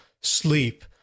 sleep